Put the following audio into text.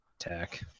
attack